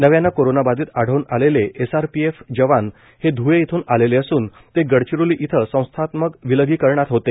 नव्यानं कोरोनाबाधित आढळून आलेले एसआरपी जवान हे ध्ळे इथून आलेले असू न ते गडचिरोली इथं संस्थात्मक विलगीकरणात होते